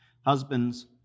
Husbands